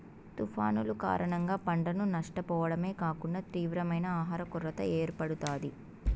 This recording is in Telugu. తుఫానులు కారణంగా పంటను నష్టపోవడమే కాకుండా తీవ్రమైన ఆహర కొరత ఏర్పడుతాది